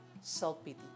self-pity